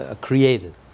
created